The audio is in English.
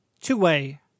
two-way